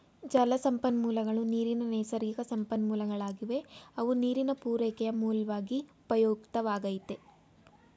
ಜಲಸಂಪನ್ಮೂಲಗಳು ನೀರಿನ ನೈಸರ್ಗಿಕಸಂಪನ್ಮೂಲಗಳಾಗಿವೆ ಅವು ನೀರಿನ ಪೂರೈಕೆಯ ಮೂಲ್ವಾಗಿ ಉಪಯುಕ್ತವಾಗೈತೆ